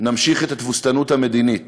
נמשיך את התבוסתנות המדינית